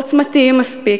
עוצמתיים מספיק,